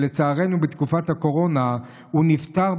שלצערנו בתקופת הקורונה נפטר,